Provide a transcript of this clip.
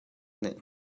nih